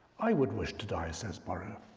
i would wish to die, says borrow.